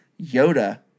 Yoda